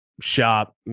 shop